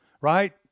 right